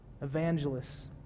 evangelists